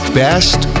best